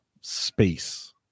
space